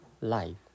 life